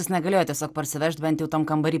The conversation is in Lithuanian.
jis negalėjo tiesiog parsivežt bent jau tam kambary